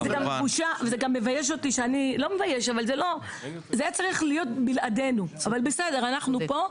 זה היה צריך להיות בלעדינו, אבל בסדר, אנחנו פה.